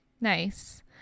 Nice